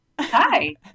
Hi